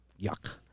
yuck